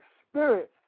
experience